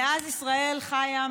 מאז ישראל חיה,